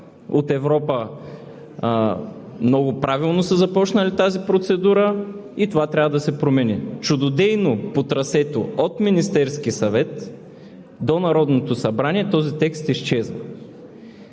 на работа, правилно са започнали тази процедура и това трябва да се промени. Чудодейно по трасето от Министерския съвет до Народното събрание този текст изчезна.